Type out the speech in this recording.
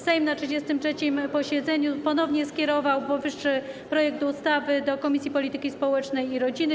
Sejm na 33. posiedzeniu ponownie skierował powyższy projekt ustawy do Komisji Polityki Społecznej i Rodziny.